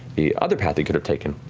the other path you could have taken.